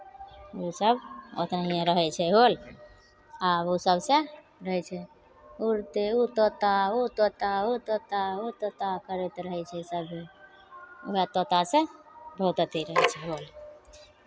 ओसभ ओनाहिए रहै छै होल आ ओ सभसँ रहै छै उड़ते ओ तोता ओ तोता ओ तोता ओ तोता करैत रहै छै सभी उएह तोतासँ बहुत अथि रहै छै होल